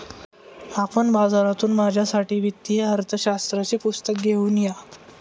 आपण बाजारातून माझ्यासाठी वित्तीय अर्थशास्त्राचे पुस्तक घेऊन या